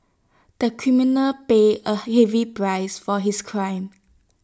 the criminal paid A heavy price for his crime